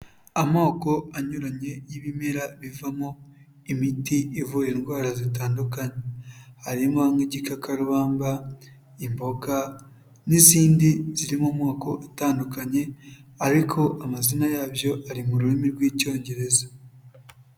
Amoko anyuranye y'ibimera bivamo imiti ivura indwara zitandukanye. Harimo nk'igikakarubamba, imboga n'izindi ziri mu moko atandukanye, ariko amazina yabyo ari mu rurimi rw'Icyongereza.